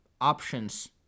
options